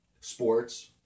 sports